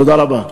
תודה רבה.